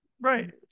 Right